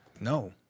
No